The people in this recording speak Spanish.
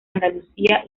andalucía